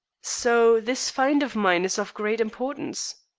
so this find of mine is of great importance?